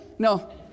No